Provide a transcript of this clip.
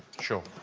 sure.